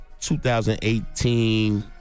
2018